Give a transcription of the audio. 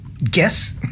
guess